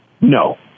No